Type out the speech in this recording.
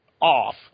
off